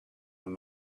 and